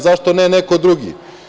Zašto ne neko drugi?